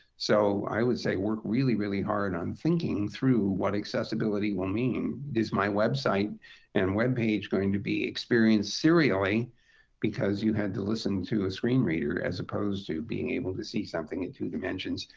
so i would say work really, really hard on thinking through what accessibility will mean. is my website and web page going to be experienced serially because you had to listen to a screen reader, as opposed to being able to see something in two dimensions?